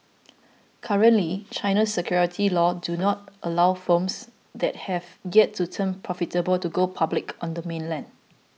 currently China's securities laws do not allow firms that have yet to turn profitable to go public on the mainland